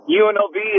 unlv